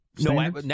No